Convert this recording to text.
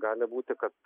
gali būti kad